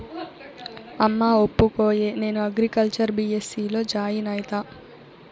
అమ్మా ఒప్పుకోయే, నేను అగ్రికల్చర్ బీ.ఎస్.సీ లో జాయిన్ అయితా